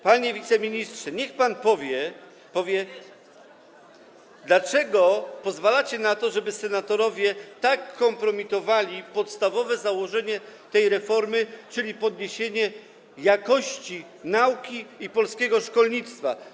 Panie wiceministrze, niech pan powie: Dlaczego pozwalacie na to, żeby senatorowie tak kompromitowali podstawowe założenie tej reformy, czyli podniesienie jakości nauki i polskiego szkolnictwa?